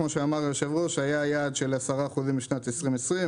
כמו שאמר יושב הראש היה יעד של 10% לשנת 2020,